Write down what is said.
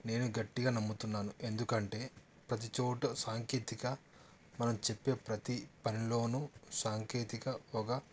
నేను గట్టిగా నమ్ముతున్నాను ఎందుకంటే ప్రతి చోట సాంకేతిక మనం చెప్పే ప్రతి పనిలోనూ సాంకేతిక ఒక